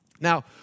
Now